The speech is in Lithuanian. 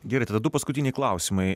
gerai tada du paskutiniai klausimai